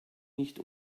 nicht